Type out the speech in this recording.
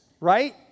right